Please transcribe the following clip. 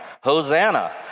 Hosanna